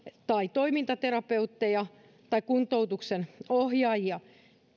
tai toimintaterapeutteja tai kuntoutuksen ohjaajia